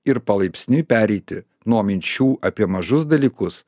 ir palaipsniui pereiti nuo minčių apie mažus dalykus